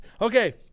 Okay